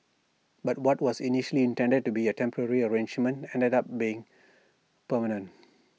but what was initially intended to be A temporary arrangement ended up being permanent